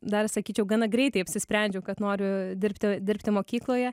dar sakyčiau gana greitai apsisprendžiau kad noriu dirbti dirbti mokykloje